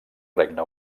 regne